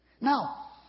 Now